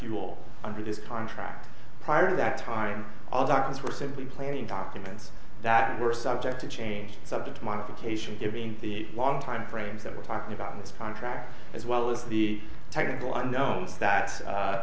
you will under this time track prior to that time all doctors were simply planning documents that were subject to change subject modification given the long time frames that we're talking about this contract as well as the technical i know that